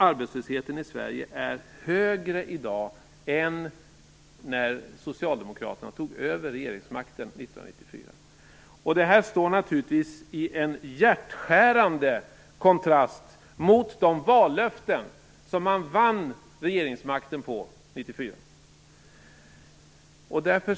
Arbetslösheten i Sverige är högre i dag än när Socialdemokraterna tog över regeringsmakten 1994. Det här står naturligtvis i hjärtskärande kontrast till de vallöften man vann regeringsmakten på 1994.